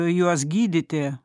juos gydyti